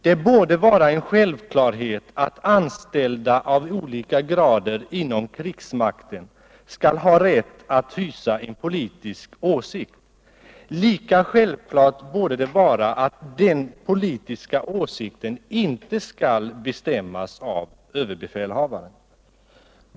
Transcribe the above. Det borde vara en självklarhet att anställda i olika grader inom krigsmakten skall ha rätt att hysa en politisk åsikt. Lika självklart är att den politiska åsikten inte skall bestämmas av överbefälhavaren.